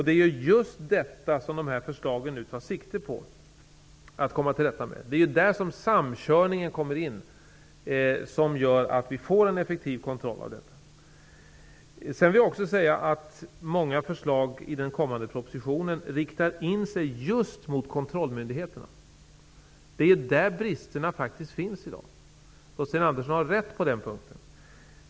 Det är just detta som de nu aktuella förslagen tar sikte på att komma till rätta med. Det är där den samkörning som gör att vi skall få en effektiv kontroll kommer in. Vidare riktar många förslag i den kommande propositionen in sig just på kontrollmyndigheterna. Det är där som bristerna faktiskt finns i dag. På den punkten har Sten Andersson rätt.